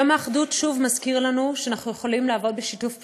יום האחדות שוב מזכיר לנו שאנחנו יכולים לעבוד בשיתוף פעולה,